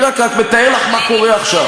אני רק מתאר לך מה קורה עכשיו.